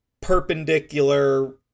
perpendicular